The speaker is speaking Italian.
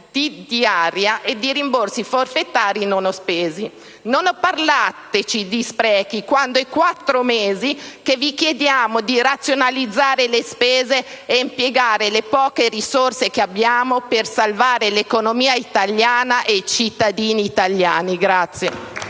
diaria e di rimborsi forfetari non spesa. Non parlateci di sprechi quando da quattro mesi vi chiediamo di razionalizzare le spese e di impiegare le poche risorse a disposizione per salvare l'economia italiana e i cittadini italiani.